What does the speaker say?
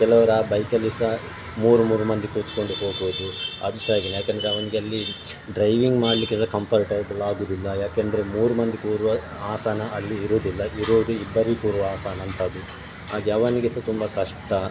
ಕೆಲವ್ರು ಆ ಬೈಕಲ್ಲಿ ಸಹ ಮೂರು ಮೂರು ಮಂದಿ ಕುತ್ಕೊಂಡು ಹೋಗುವುದು ಅದು ಸಹ ಹಾಗೆಯೇ ಹೇಗೆಂದ್ರೆ ಅವನಿಗೆ ಅಲ್ಲಿ ಡ್ರೈವಿಂಗ್ ಮಾಡಲಿಕ್ಕೆ ಸಹ ಕಂಫರ್ಟೇಬಲ್ಲಾಗುವುದಿಲ್ಲ ಯಾಕೆಂದ್ರೆ ಮೂರು ಮಂದಿ ಕೂರುವ ಆಸನ ಅಲ್ಲಿ ಇರುವುದಿಲ್ಲ ಇರುವುದು ಇಬ್ಬರೇ ಕೂರುವ ಆಸನ ಇದ್ದದ್ದು ಹಾಗೇ ಅವನಿಗೆ ಸಹ ತುಂಬ ಕಷ್ಟ